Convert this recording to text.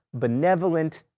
benevolent.